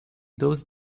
those